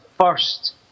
first